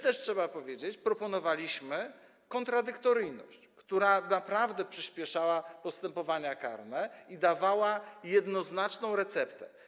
Trzeba powiedzieć, że my proponowaliśmy kontradyktoryjność, która naprawdę przyśpieszała postępowania karne i dawała jednoznaczną receptę.